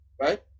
right